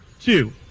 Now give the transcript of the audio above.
two